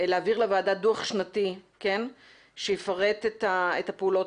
להעביר לוועדה דוח שנתי שיפרט את הפעולות